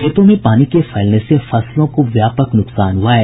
खेतों में पानी के फैलने से फसलों को व्यापक न्कसान हुआ है